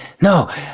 No